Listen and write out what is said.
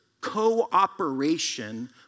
cooperation